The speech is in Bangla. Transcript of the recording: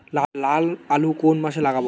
লাল আলু কোন মাসে লাগাব?